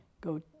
go